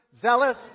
zealous